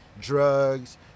drugs